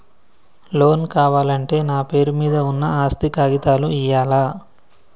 Loan కావాలంటే నా పేరు మీద ఉన్న ఆస్తి కాగితాలు ఇయ్యాలా?